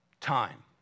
time